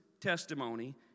testimony